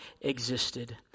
existed